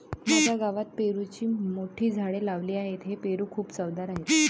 माझ्या गावात पेरूची मोठी झाडे लावली आहेत, हे पेरू खूप चवदार आहेत